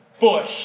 bush